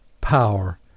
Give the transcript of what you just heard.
power